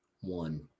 One